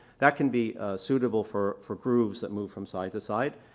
that can be suitable for for grooves that move from side-to-side.